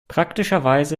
praktischerweise